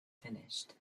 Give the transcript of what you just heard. finished